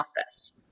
office